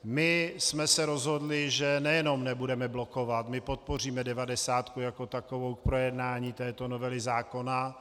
My jsme se rozhodli, že nejenom nebudeme blokovat, my podpoříme devadesátku jako takovou k projednání této novely zákona.